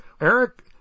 Eric